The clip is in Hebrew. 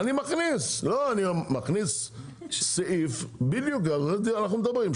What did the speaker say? אני מכניס סעיף בדיוק על זה אנחנו מדברים.